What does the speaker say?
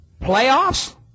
Playoffs